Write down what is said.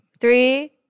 Three